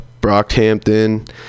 brockhampton